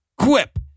Quip